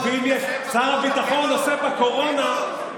שר הביטחון עוסק בקורונה,